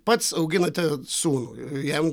pats auginate sūnų jam